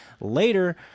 Later